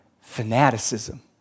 fanaticism